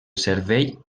cervell